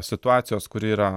situacijos kuri yra